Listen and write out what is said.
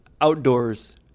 outdoors